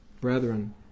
Brethren